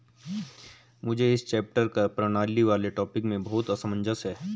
मुझे इस चैप्टर कर प्रणाली वाले टॉपिक में बहुत असमंजस है